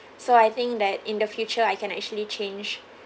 so I think that in the future I can actually change